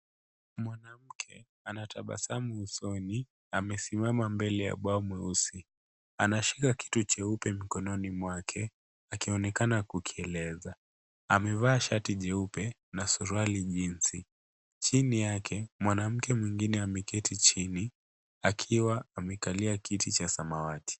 Mwanamke anatabasamu usoni amesimama mbele ya ubao mweusi, anashika kitu cheupe mkononi mwake akionekana kukieleza, amevaa shati jeupe na suruali jinsi. Chini yake mwanamke mwingine ameketi chini akiwa amekalia kiti cha samawati.